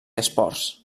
esports